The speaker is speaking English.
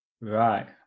Right